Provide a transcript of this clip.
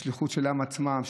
בשליחות שלהם עצמם,